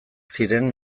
ziren